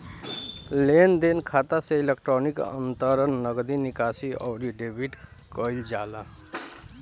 लेनदेन खाता से इलेक्ट्रोनिक अंतरण, नगदी निकासी, अउरी डेबिट कईल जाला